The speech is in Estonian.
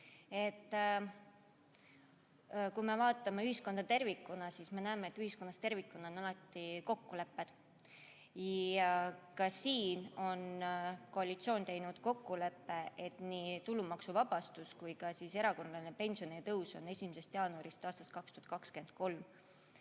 Kui me vaatame ühiskonda tervikuna, siis me näeme, et ühiskonnas on alati kokkulepped. Ka siin on koalitsioon teinud kokkuleppe, et nii tulumaksuvabastus kui ka erakorraline pensionitõus on 1. jaanuarist aastast 2023.